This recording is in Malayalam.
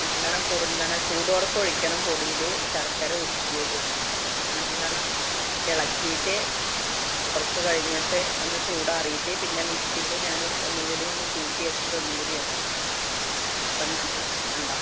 നല്ലോണം കുറുന്നനെ ചൂടോടെ അപ്പം ഒഴിക്കണം പൊടീൽ ശർക്കര ഉരുക്കിയത് നല്ലോണം എളക്കീട്ട് കുറച്ച് കഴിഞ്ഞിട്ട് ഒന്ന് ചൂടാറീട്ട് പിന്നെ മിക്സീൽ ഞാൻ ഒന്നും കൂടിം കൂട്ടി വെച്ചത് ഒന്നും കൂടി അടിക്കും അപ്പം നല്ല ഉണ്ടാവും